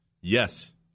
yes